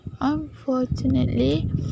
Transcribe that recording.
unfortunately